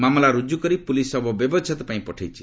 ମାମଲା ରୁଜୁ କରି ପୁଲିସ୍ ସବ ବ୍ୟବଚ୍ଛେଦ ପାଇଁ ପଠାଇଛି